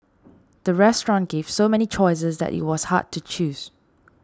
the restaurant gave so many choices that it was hard to choose